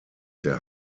der